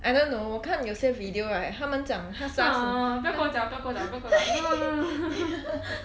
I don't know 看有些 video right 他们讲他杀死 then